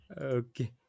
Okay